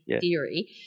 theory